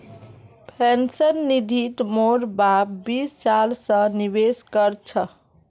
pension निधित मोर बाप बीस साल स निवेश कर छ